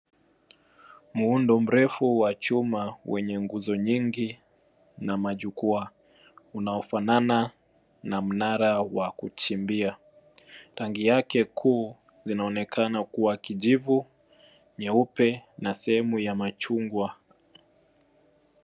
Muundo mrefu wa chuma wenye nguzo nyingi na majukwaa unaofanana na mnara wa kuchimbia. Tanki yake kuu linaonekana kuwa kijivu, nyeupe na sehemu ya machungwa.